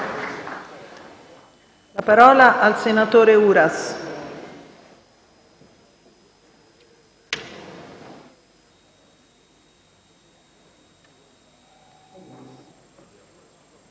a parlare il senatore Uras.